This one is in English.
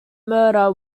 murder